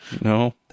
No